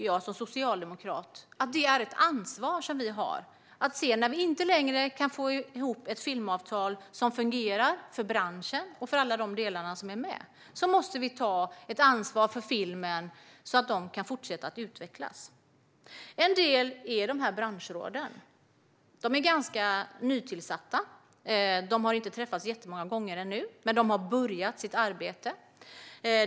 Jag som socialdemokrat tycker att vi har ett ansvar när vi inte längre kan få ihop ett filmavtal som fungerar för branschen och för alla de delar som är med. Då måste vi ta ett ansvar för filmen så att den kan fortsätta att utvecklas. En del är dessa branschråd. De är ganska nytillsatta. De har inte träffats jättemånga gånger ännu, men de har börjat sitt arbete.